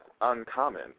uncommon